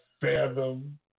fathom